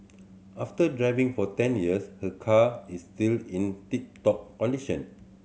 after driving for ten years her car is still in tip top condition